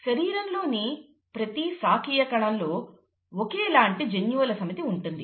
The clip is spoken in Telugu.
శరీరంలోని ప్రతి శాకియ కణంలో ఒకేలాంటి జన్యువుల సమితి ఉంటుంది